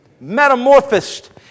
metamorphosed